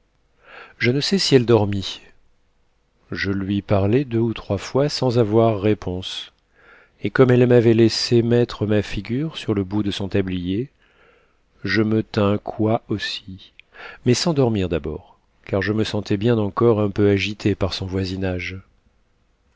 je ne sais si elle dormit je lui parlai deux ou trois fois sans avoir réponse et comme elle m'avait laissé mettre ma figure sur le bout de son tablier je me tins coi aussi mais sans dormir d'abord car je me sentais bien encore un peu agité par son voisinage